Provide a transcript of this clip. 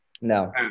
no